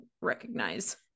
recognize